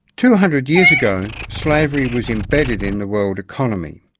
two hundred years ago, slavery was embedded in the world economy.